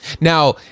Now